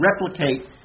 replicate